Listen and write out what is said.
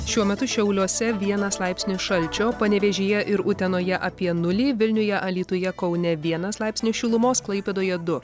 šiuo metu šiauliuose vienas laipsnio šalčio panevėžyje ir utenoje apie nulį vilniuje alytuje kaune vienas laipsnis šilumos klaipėdoje du